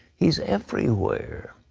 he is everywhere.